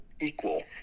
equal